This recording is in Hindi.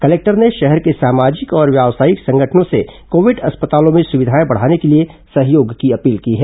कलेक्टर ने शहर के सामाजिक और व्यावसायिक संगठनों से कोविड अस्पतालों में सुविधाए बढ़ाने के लिए सहयोग की अपील की है